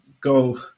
go